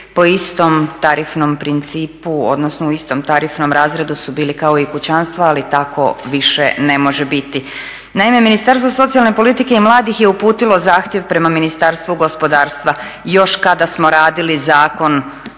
u istom tarifnom razredu su bili kao i kućanstva ali tako više ne može biti. Naime Ministarstvo socijalne politike i mladih je uputilo zahtjev prema Ministarstvu gospodarstva još kada smo radili zakon